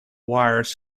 wires